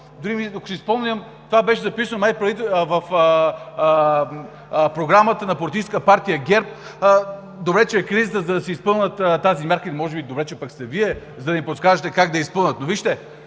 дори, ако си спомням, това беше записано май в Програмата на Политическа партия ГЕРБ. Добре, че е кризата, за да се изпълни тази мярка, или може би добре пък, че сте и Вие, за да им подскажете как да я изпълнят. Но вижте,